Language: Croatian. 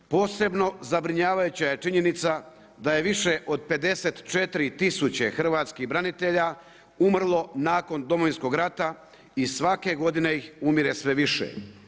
Posebno zabrinjavajuća je činjenica da je više od 54 tisuće hrvatskih branitelja urmo nakon Domovinskog rata i svake godine ih umire sve više.